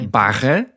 barra